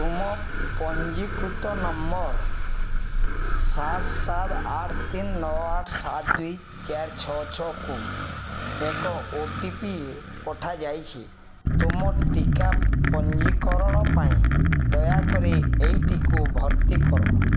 ତୁମ ପଞ୍ଜୀକୃତ ନମ୍ବର୍ ସାତ ସାତ ଆଠ ତିନି ନଅ ଆଠ ସାତ ଦୁଇ ଚାରି ଛଅ ଛଅକୁ ଏକ ଓ ଟି ପି ପଠାଯାଇଛି ତୁମ ଟିକା ପଞ୍ଜୀକରଣ ପାଇଁ ଦୟାକରି ଏଇଟିକୁ ଭର୍ତ୍ତି କର